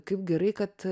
kaip gerai kad